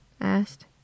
asked